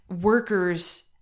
workers